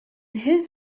his